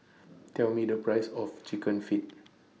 Tell Me The Price of Chicken Feet